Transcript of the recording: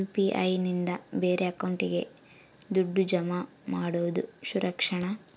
UPI ನಿಂದ ಬೇರೆ ಅಕೌಂಟಿಗೆ ದುಡ್ಡು ಜಮಾ ಮಾಡೋದು ಸುರಕ್ಷಾನಾ?